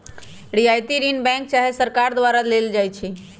रियायती ऋण बैंक चाहे सरकार द्वारा देल जाइ छइ